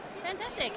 Fantastic